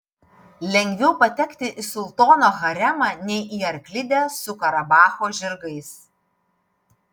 lengviau patekti į sultono haremą nei į arklidę su karabacho žirgais